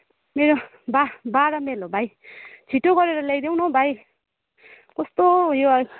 मेरो बा बाह्र माइल हो भाइ छिट्टो गरेर ल्याइदेऊ न हौ भाइ कस्तो उयो